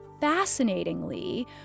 fascinatingly